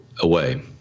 away